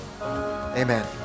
Amen